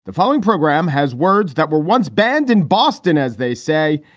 the following program has words that were once banned in boston, as they say.